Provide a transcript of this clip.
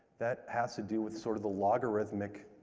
that has to do with sort of the logarithmic